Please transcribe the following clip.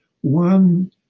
one